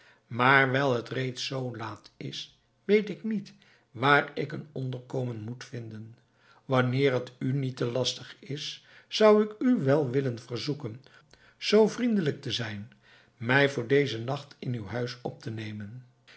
maar wijl het reeds zoo laat is weet ik niet waar ik een onderkomen moet vinden wanneer het u niet te lastig is zou ik u wel willen verzoeken zoo vriendelijk te zijn mij voor dezen nacht in uw huis op te nemen